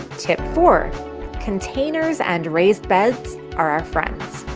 tip four containers and raised beds are our friends.